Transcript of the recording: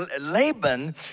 Laban